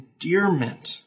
endearment